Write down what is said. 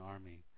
Army